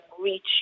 reach